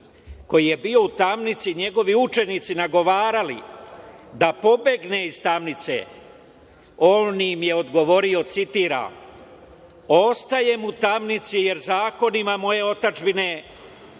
koji je bio u tamnici njegovi učenici nagovarali da pobegne iz tamnice, on im je odgovorio, citiram: „Ostajem u tamnici jer zakonima moje otadžbine